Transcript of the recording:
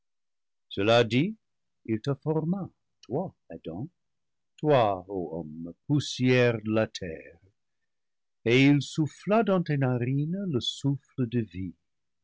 cela dit il te forma toi adam toi ô homme poussière de la terre et il souffla dans tes narines le souffle de vie